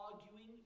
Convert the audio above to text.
arguing